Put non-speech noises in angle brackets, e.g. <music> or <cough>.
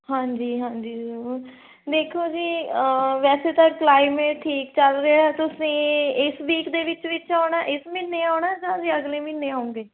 ਹਾਂਜੀ ਹਾਂਜੀ ਦੇਖੋ <unintelligible> ਜੀ ਵੈਸੇ ਤਾਂ ਕਲਾਈਮੇਟ ਠੀਕ ਚੱਲ ਰਿਹਾ ਤੁਸੀਂ ਇਸ ਵੀਕ ਦੇ ਵਿੱਚ ਵਿੱਚ ਆਉਣਾ ਇਸ ਮਹੀਨੇ ਆਉਣਾ ਜਾਂ ਜੀ ਅਗਲੇ ਮਹੀਨੇ ਆਉਂਗੇ